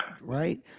right